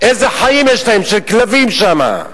איזה חיים יש להם, של כלבים, שם.